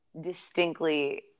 distinctly